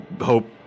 hope